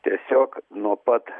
tiesiog nuo pat